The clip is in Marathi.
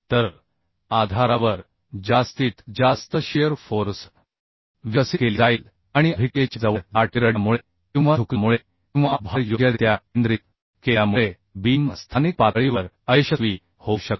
तर आधारावर जास्तीत जास्त शिअर फोर्स विकसित केली जाईल आणि अभिक्रियेच्या जवळ लाट क्रशिंगमुळे किंवा बकलिंगमुळे किंवा भार योग्यरित्या केंद्रित केल्यामुळे बीम स्थानिक पातळीवर अयशस्वी होऊ शकते